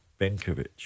Benkovic